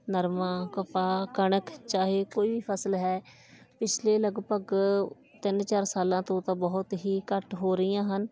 ਨਰਮਾ ਕਪਾਹ ਕਣਕ ਚਾਹੇ ਕੋਈ ਵੀ ਫਸਲ ਹੈ ਪਿਛਲੇ ਲਗਭਗ ਤਿੰਨ ਚਾਰ ਸਾਲਾਂ ਤੋਂ ਤਾਂ ਬਹੁਤ ਹੀ ਘੱਟ ਹੋ ਰਹੀਆਂ ਹਨ